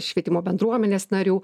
švietimo bendruomenės narių